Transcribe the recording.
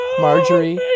Marjorie